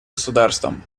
государством